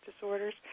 disorders